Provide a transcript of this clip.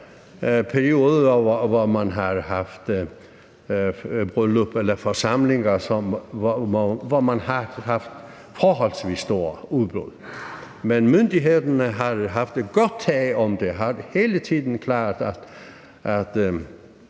og hvor man har haft forholdsvis store udbrud. Men myndighederne har haft et godt tag om det og har hele tiden klaret